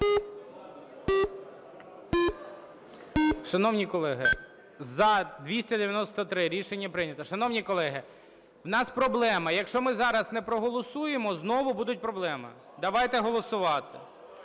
Шановні колеги... За – 293. Рішення прийнято. Шановні колеги, у нас проблема. Якщо ми зараз не проголосуємо, знову будуть проблеми. Давайте голосувати.